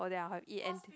then I will eat and